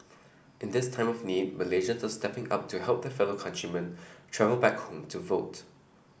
in this time of need Malaysians are stepping up to help their fellow countrymen travel back home to vote